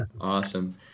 Awesome